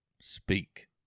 speak